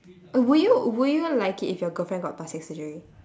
will you will you like it if your girlfriend got plastic surgery